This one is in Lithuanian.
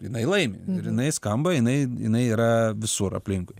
jinai laimi jinai skamba jinai jinai yra visur aplinkui